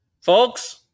Folks